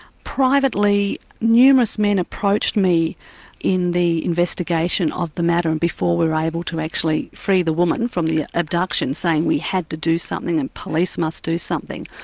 privately, numerous men approached me in the investigation of the matter and before we were able to actually free the woman from the abduction, saying we had to do something, and police must do something.